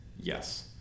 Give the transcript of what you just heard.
Yes